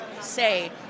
say